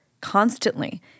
constantly